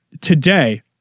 today